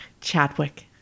Chadwick